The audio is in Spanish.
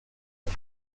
dos